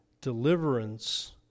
deliverance